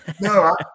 No